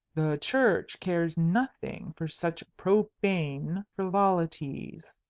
the church cares nothing for such profane frivolities,